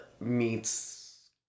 meets